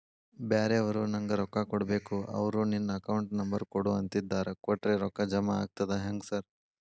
ಬ್ಯಾರೆವರು ನಂಗ್ ರೊಕ್ಕಾ ಕೊಡ್ಬೇಕು ಅವ್ರು ನಿನ್ ಅಕೌಂಟ್ ನಂಬರ್ ಕೊಡು ಅಂತಿದ್ದಾರ ಕೊಟ್ರೆ ರೊಕ್ಕ ಜಮಾ ಆಗ್ತದಾ ಹೆಂಗ್ ಸಾರ್?